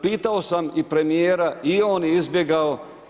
Pitao sam i premijera i on je izbjegao.